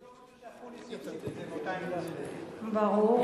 יפסיק, ברור.